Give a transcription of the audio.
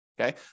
okay